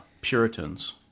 Puritans